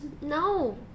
No